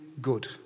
good